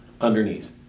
underneath